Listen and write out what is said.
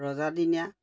ৰজাদিনীয়া